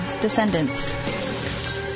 Descendants